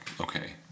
okay